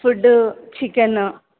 food chicken